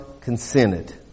consented